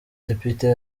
depite